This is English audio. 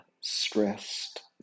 stressed